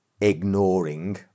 ignoring